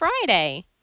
Friday